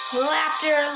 Laughter